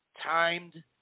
timed